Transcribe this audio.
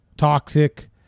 Toxic